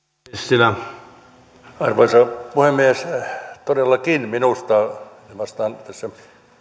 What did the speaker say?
arvoisa puhemies todellakin minusta vastaan tässä